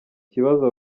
kibazo